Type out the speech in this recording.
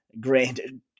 Granted